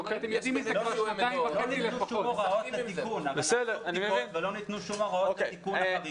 נעשו בדיקות ולא ניתנו שום הוראות לתיקון החריגות האלה,